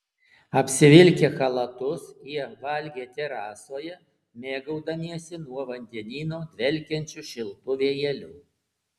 apsivilkę chalatus jie valgė terasoje mėgaudamiesi nuo vandenyno dvelkiančiu šiltu vėjeliu